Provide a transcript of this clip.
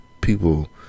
people